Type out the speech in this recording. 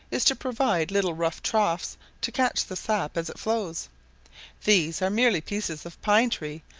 is to provide little rough troughs to catch the sap as it flows these are merely pieces of pine-tree,